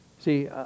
See